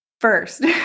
First